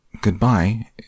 goodbye